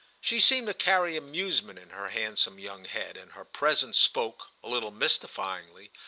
she seemed to carry amusement in her handsome young head, and her presence spoke, a little mystifyingly,